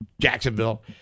Jacksonville